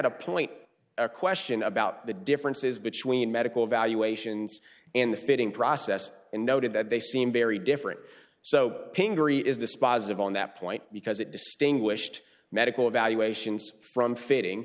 a point a question about the differences between medical evaluations and the fitting process and noted that they seem very different so pingree is dispositive on that point because it distinguished medical evaluations from fitting